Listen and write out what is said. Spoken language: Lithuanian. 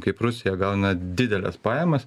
kaip rusija gauna dideles pajamas